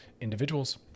individuals